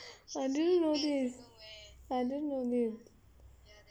I didn't know this I didn't know this